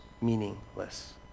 meaningless